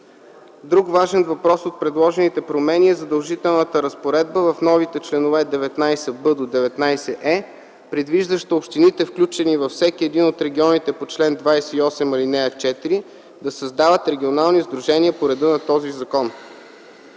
Друг важен въпрос от предложените промени е задължителната разпоредба в новите членове 19б-19е, предвиждаща общините, включени във всеки един от регионите по чл. 28, ал. 4, да създават регионални сдружения по реда на този закон.